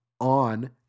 on